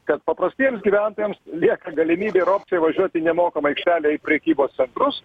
kad paprastiems gyventojams lieka galimybė ir opcija važiuot į nemokamą aikštelę į prekybos centrus